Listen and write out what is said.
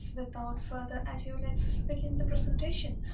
without further ado let's begin the presentation.